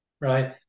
Right